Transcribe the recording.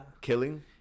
Killing